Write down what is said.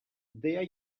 there